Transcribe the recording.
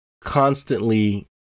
constantly